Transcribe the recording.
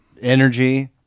energy